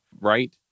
Right